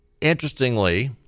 Interestingly